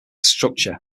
structure